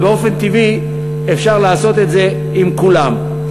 אבל באופן טבעי אפשר לעשות את זה עם כולם.